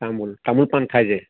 তামোল তামোল পাণ খায় যে